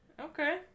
Okay